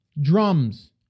drums